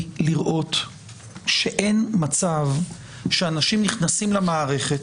לראות שאין מצב שאנשים נכנסים למערכת,